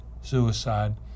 suicide